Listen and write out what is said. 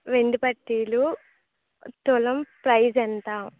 వెండి పట్టీలు తులం ప్రైస్ ఎంత